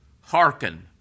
hearken